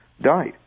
died